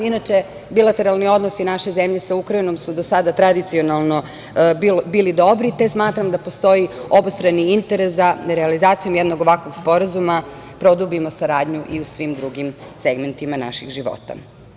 Inače, bilateralni odnosi naše zemlje sa Ukrajinom su do sada tradicionalno bili dobri, te smatram da postoji obostrani interes da realizacijom jednog ovakvog sporazuma produbimo saradnju i u svim drugim segmentima naših života.